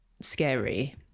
scary